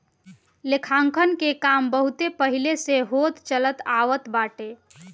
लेखांकन के काम बहुते पहिले से होत चलत आवत बाटे